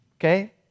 Okay